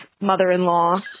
mother-in-law